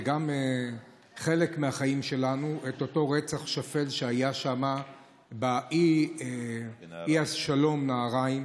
וגם זה חלק מהחיים שלנו: את אותו רצח שפל שהיה שם באי השלום נהריים.